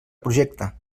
projecte